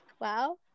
Wow